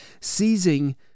seizing